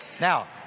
now